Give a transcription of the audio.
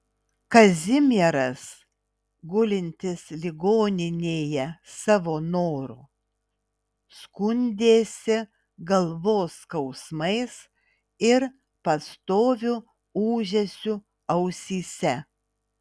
kazimieras gulintis ligoninėje savo noru skundėsi galvos skausmais ir pastoviu ūžesiu ausyse